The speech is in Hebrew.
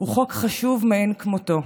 הוא חוק חשוב מאין כמותו.